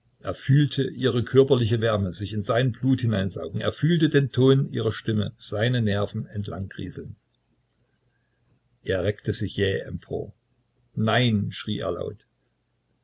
er fühlte ihre körperliche wärme sich in sein blut hineinsaugen er fühlte den ton ihrer stimme seine nerven entlangrieseln er reckte sich jäh empor nein schrie er laut